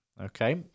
Okay